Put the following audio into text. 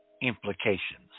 implications